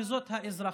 וזה האזרחות.